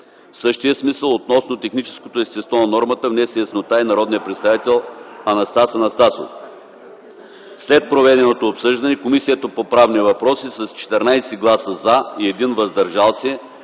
същия смисъл относно техническото естество на нормата внесе яснота и народният представител Анастас Анастасов. След проведеното обсъждане Комисията по правни въпроси, с 14 гласа „за” и 1 – „въздържал се”,